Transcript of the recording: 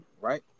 right